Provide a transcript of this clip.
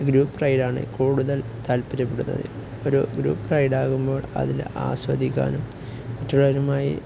group റൈഡാണു കൂടുതൽ താല്പര്യപ്പെടുന്നത് ഒരു ഗ്രൂപ്പ് റൈഡാകുമ്പോൾ അതില് ആസ്വദിക്കാനും മറ്റുള്ളവരുമായി